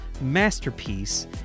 Masterpiece